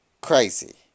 crazy